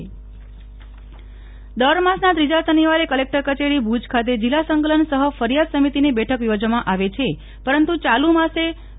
નેહલ ઠક્કર જિલ્લા સંકલન સમિતિ બેઠક દર માસના ત્રીજા શનિવારે કલેકટર કચેરી ભુજ ખાતે જિલ્લા સંકલન સહ ફરિયાદ સમિતિની બેઠક યોજવામાં આવે છે પરંતુ ચાલુ માસે તા